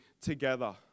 together